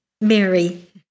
Mary